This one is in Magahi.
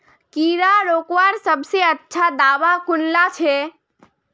कीड़ा रोकवार सबसे अच्छा दाबा कुनला छे?